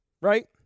right